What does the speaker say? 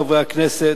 חברי חברי הכנסת,